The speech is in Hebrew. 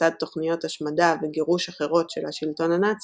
לצד תוכניות השמדה וגירוש אחרות של השלטון הנאצי,